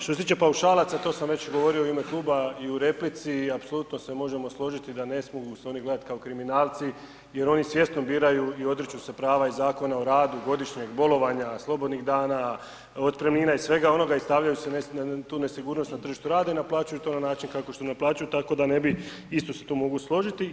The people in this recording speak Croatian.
Što se tiče paušalaca, to sam već govorio u ime kluba i u replici apsolutno se možemo složiti da ne smiju se oni gledati kao kriminalci jer oni svjesno biraju i odriču se prava i Zakona o radu, godišnjeg bolovanja, slobodnih dana, otpremnina i svega onoga i stavljaju tu nesigurnost na tržištu rada i naplaćuju to na način kako što naplaćuju tako da ne bi, isto se tu mogu složiti.